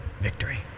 victory